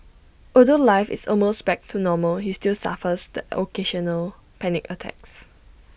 although life is almost back to normal he still suffers the occasional panic attacks